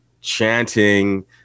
chanting